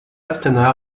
astana